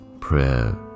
prayer